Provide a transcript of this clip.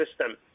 system